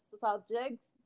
subjects